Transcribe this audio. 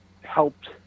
helped